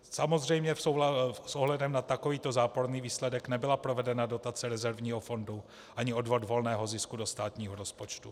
Samozřejmě s ohledem na takovýto záporný výsledek nebyla provedena dotace rezervního fondu ani odvod volného zisku do státního rozpočtu.